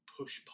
push